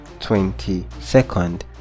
22nd